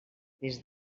des